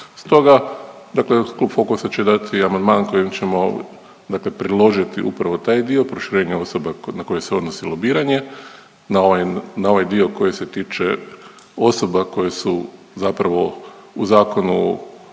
Stoga dakle klub Fokusa će dati amandman kojim ćemo dakle predložiti upravo taj dio proširenja osoba na koje se odnosi lobiranje, na ovaj dio koji se tiče osoba koje su zapravo u zakonu